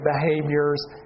behaviors